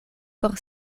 por